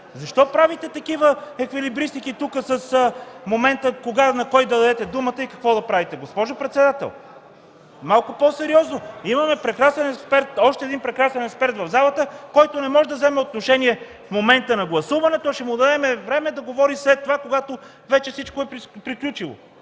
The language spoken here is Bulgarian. Защо правите такива еквилибристики тук –кога на кого да дадете думата и какво да правите?! Госпожо председател, малко по-сериозно! Имаме още един прекрасен експерт в залата, който не може да вземе отношение в момента на гласуването, а ще му дадем време да говори след това, когато вече всичко е приключило.